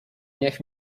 niech